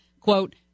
quote